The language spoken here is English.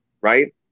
Right